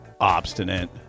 obstinate